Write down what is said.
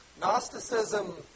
Gnosticism